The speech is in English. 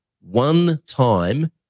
one-time